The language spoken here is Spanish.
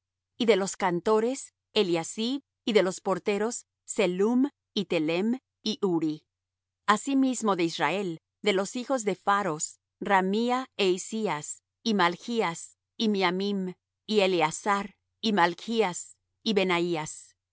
y de los cantores eliasib y de los porteros sellum y telem y uri asimismo de israel de los hijos de pharos ramía é izzías y malchías y miamim y eleazar y malchías y benaías y de los